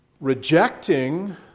rejecting